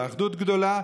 באחדות גדולה,